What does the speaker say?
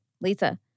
Lisa